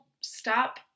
stop